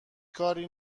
کاری